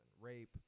Rape